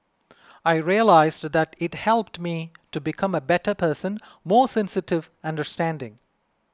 I realised that it helped me to become a better person more sensitive understanding